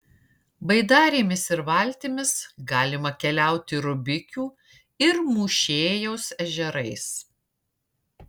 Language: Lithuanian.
baidarėmis ir valtimis galima keliauti rubikių ir mūšėjaus ežerais